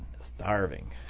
Starving